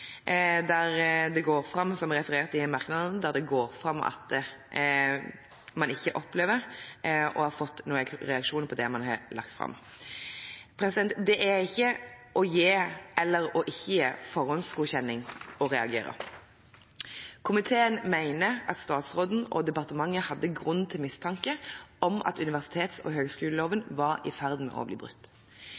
der det går fram, som referert i merknadene, at man ikke opplever å ha fått noen reaksjoner på det man har lagt fram. Å reagere er ikke å gi eller ikke gi forhåndsgodkjenning. Komiteen mener at statsråden og departementet hadde grunn til mistanke om at universitets- og høgskoleloven var i ferd med å bli brutt.